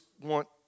want